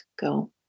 go